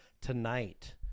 Tonight